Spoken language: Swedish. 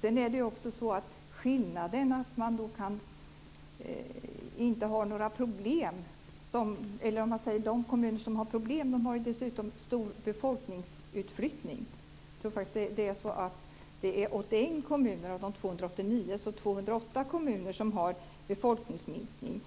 Sedan är det också så att skillnaden är att man inte har några problem. De kommuner som har problem har ju dessutom stor befolkningsutflyttning. Jag tror faktiskt att det är så att det är 208 kommuner som har befolkningsminskning.